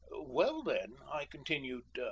well, then, i continued,